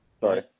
Sorry